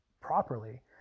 properly